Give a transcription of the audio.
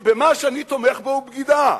שמה שאני תומך בו הוא בגידה.